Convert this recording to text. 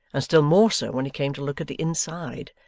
and still more so when he came to look at the inside,